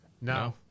No